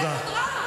בוא, תהיה פה דרמה.